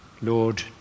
Lord